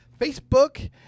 facebook